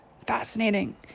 fascinating